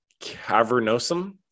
cavernosum